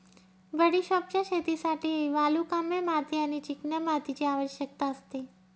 बडिशोपच्या शेतीसाठी वालुकामय माती आणि चिकन्या मातीची आवश्यकता असते